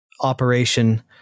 operation